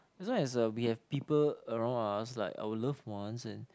as long as uh we have people around us like our loved ones and